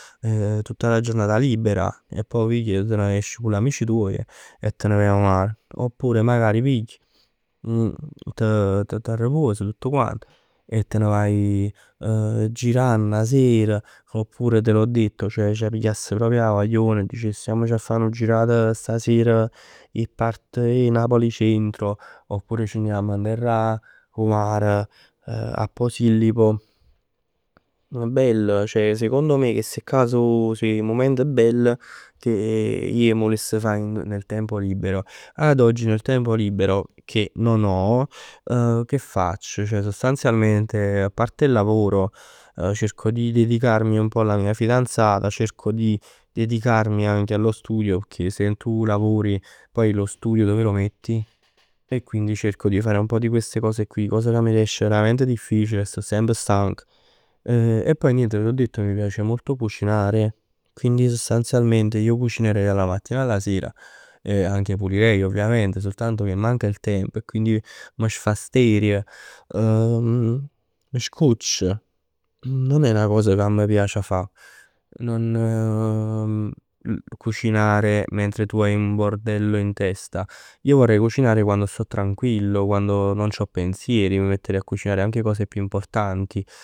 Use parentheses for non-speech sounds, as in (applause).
(hesitation) Tutta la giornata libera e poi piglia e te ne jesc cu l'amici tuoj e te ne vai 'o mar. Oppure magari pigl, t'-t'-t'arripuos, tutt quant e te ne vai girann 'a sera. Oppure te l'ho detto, pigliass proprio 'a guagliona e dicess jammc a fa 'na girat staser 'e part 'e Napoli centro. Oppure ce ne jamm n'terr 'o mare a posillipo. Bello, ceh, sicondo me chisti'ccà so, so 'e mument bell che (hesitation) ij m' vuless fa nel tempo libero. Ad oggi nel tempo libero che non ho (hesitation) che faccio? Ceh sostanzialmente apparte il lavoro cerco di dedicarmi un pò alla mia fidanzata. Cerco di dedicarmi un pò allo studio. Pecchè se tu lavori, lo studio dove lo metti? E quindi cerco di fare un pò di fare queste cose qui, cos che m' riesce veramente difficile e sto semp stanc. E poi niente te l'ho detto mi piace cucinare. Quindi sostanzialmente io cucinerei dalla mattina alla sera e anche pulirei ovviamente. Soltanto che manca il tempo e quindi m' sfasterio. (hesitation) M' scoccio. Nun è 'na cosa che a me m' piace fa. Non (hesitation) cucinare mentre tu hai un bordello in testa. Io vorrei cucinare quando sto tranquillo, quando non c'ho pensieri. Mi metterei a cucinare anche cose più importanti.